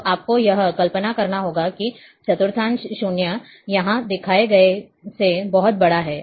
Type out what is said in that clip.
तो आपको यह कल्पना करना होगा कि चतुर्थांश 0 यहां दिखाए गए से बहुत बड़ा है